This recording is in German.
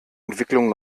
entwicklung